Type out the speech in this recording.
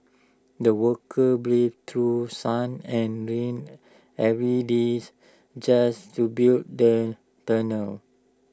the workers braved through sun and rain every days just to build the tunnel